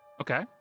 Okay